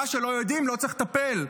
מה שלא יודעים לא צריך לטפל,